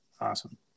Awesome